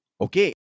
okay